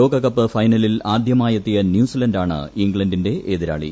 ലോകകപ്പ് ഫൈനലിൽ ആദ്യമായെത്തിയ ന്യൂസിലാന്റ് ആണ് ഇംഗ്ലണ്ടിന്റെ എതിരാളി